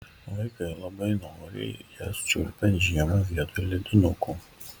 vaikai labai noriai jas čiulpia žiemą vietoj ledinukų